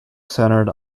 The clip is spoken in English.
centered